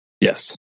Yes